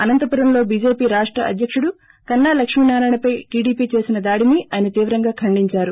అనంతపురంలో బీజేపీ రాష్ట అధ్యకుడు కన్నా లక్ష్మీ నారాయణపై టీడీపీ చేసిన దాడిని ఆయన తీవ్రంగా పైండించారు